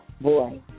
boy